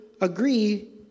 agree